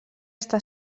està